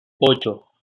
ocho